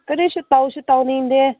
ꯀꯔꯤꯁꯨ ꯇꯧꯁꯨ ꯇꯧꯅꯤꯡꯗꯦ